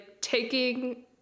taking